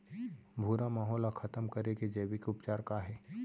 भूरा माहो ला खतम करे के जैविक उपचार का हे?